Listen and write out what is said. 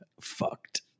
fucked